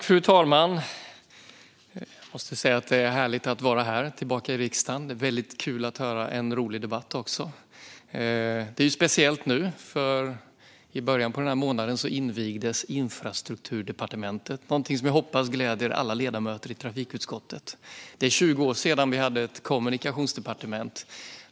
Fru talman! Jag måste säga att det är härligt att vara tillbaka i riksdagen. Det är också väldigt kul att höra en rolig debatt! Det är speciellt nu, för i början av månaden invigdes Infrastrukturdepartementet - någonting som jag hoppas gläder alla ledamöter i trafikutskottet. Det är 20 år sedan vi hade ett kommunikationsdepartement.